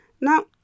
Now